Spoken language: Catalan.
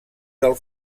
del